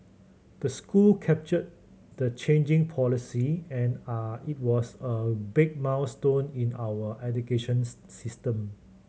the school captured the changing policy and are it was a big milestone in our educations system